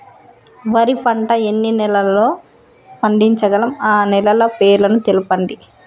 వరి పంట ఎన్ని నెలల్లో పండించగలం ఆ నెలల పేర్లను తెలుపండి?